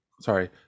Sorry